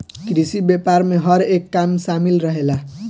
कृषि व्यापार में हर एक काम शामिल रहेला